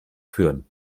führen